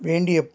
வேண்டிய